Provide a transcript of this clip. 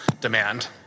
demand